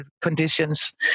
conditions